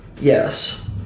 yes